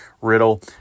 Riddle